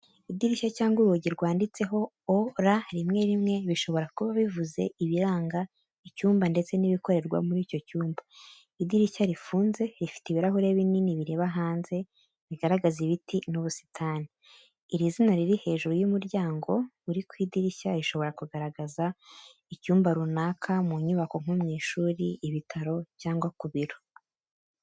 Idirishya cyangwa urugi rwanditseho OR11, bishobora kuba bivuze ibiranga icyumba ndetse nibikorerwa muri icyo cyumba. Idirishya rifunze rifite ibirahuri binini bireba hanze, bigaragaza ibiti n’ubusitani. Iri zina riri hejuru y’umuryango uri ku idirishya rishobora kugaragaza icyumba runaka mu nyubako nko mu ishuri, ibitaro, cyangwa ku biro.